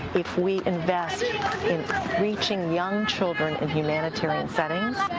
if we invest in reaching young children, in humanitarian settings,